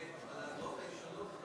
ועל ההלוואות הישנות,